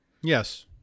Yes